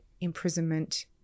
imprisonment